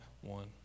one